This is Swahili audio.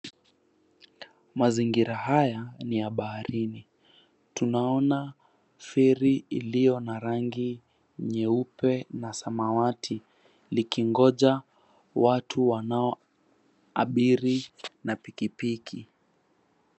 Mazingira haya ni ya baharini. Tunaona feri iliyo na rangi nyeupe na samawati likingoja watu wanaoabiri na pikipiki.